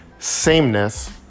sameness